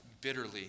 bitterly